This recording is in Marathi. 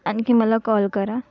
आणखी मला कॉल करा